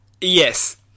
Yes